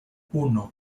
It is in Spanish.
uno